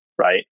Right